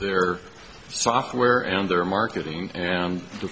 their software and their marketing and the